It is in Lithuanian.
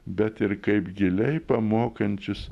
bet ir kaip giliai pamokančius